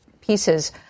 pieces